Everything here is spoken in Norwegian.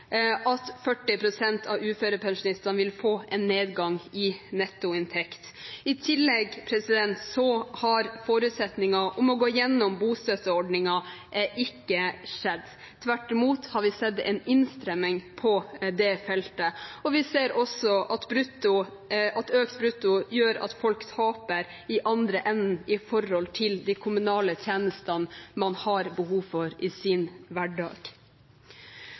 at 40 pst. av uførepensjonistene vil få en nedgang i nettoinntekt. I tillegg er forutsetningen om å gå gjennom bostøtteordningen ikke fulgt opp. Tvert imot har vi sett en innstramming på det feltet, og vi ser også at økt brutto gjør at folk taper i andre enden med hensyn til de kommunale tjenestene man har behov for i sin hverdag.